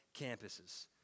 Campuses